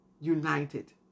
united